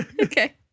Okay